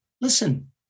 Listen